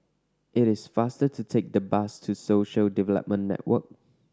it is faster to take the bus to Social Development Network